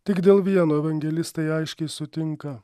tik dėl vieno evangelistai aiškiai sutinka